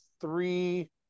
three